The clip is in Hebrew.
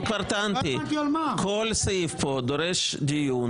אני כבר טענתי: כל סעיף פה דורש דיון,